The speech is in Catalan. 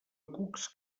cucs